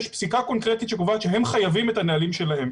יש פסיקה קונקרטית שקובעת שהם חייבים את הנהלים שלהם,